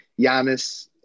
Giannis